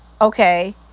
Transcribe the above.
Okay